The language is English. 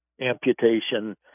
amputation